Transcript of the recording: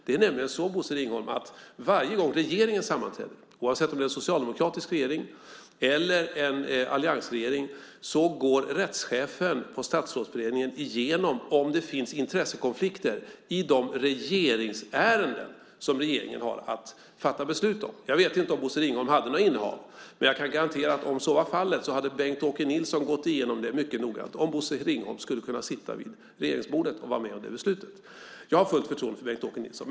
Det är nämligen så, Bosse Ringholm, att varje gång regeringen sammanträder, oavsett om det är en socialdemokratisk regering eller en alliansregering, går rättschefen på Statsrådsberedningen igenom om det finns intressekonflikter i de regeringsärenden som regeringen har att fatta beslut om. Jag vet inte om Bosse Ringholm hade några innehav, men jag kan garantera att om så var fallet hade Bengt-Åke Nilsson gått igenom mycket noggrant om Bosse Ringholm kunde sitta med vid regeringsbordet och fatta beslut. Jag har fullt förtroende för Bengt-Åke Nilsson.